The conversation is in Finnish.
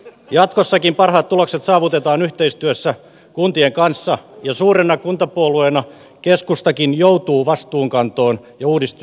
jatkossakin parhaat tulokset saavutetaan yhteistyössä kuntien kanssa ja suurena kuntapuolueena keskustakin joutuu vastuunkantoon ja uudistustyöhön mukaan